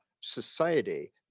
society